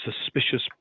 suspicious